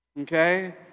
Okay